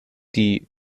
die